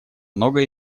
многое